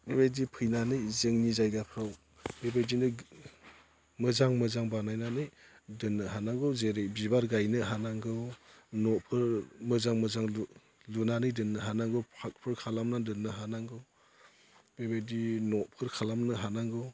बेबायदि फैनानै जोंनि जायगाफ्राव बेबायदिनो मोजां मोजां बानायनानै दोननो हानांगौ जेरै बिबार गायनो हानांगौ न'फोर मोजां मोजां लुनानै दोननो हानांगौ पार्कफोर खालामना दोननो हानांगौ बेबायदि न'फोर खालामनो हानांगौ